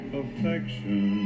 affection